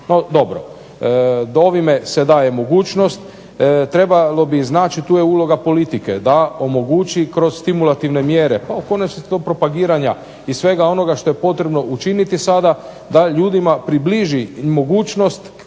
dobro, ovim se daje mogućnost trebalo bi značiti tu je uloga politike, da omogući kroz stimulativne mjere u konačnici su to propagiranja svega onoga što je potrebno učiniti sada da ljudima približi mogućnost